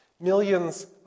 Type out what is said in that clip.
Millions